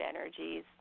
energies